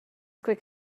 quick